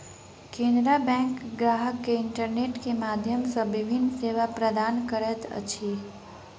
Canara bank ग्राहक के internet के माध्यम सॅ विभिन्न सेवा प्रदान करैत अछि